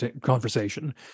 conversation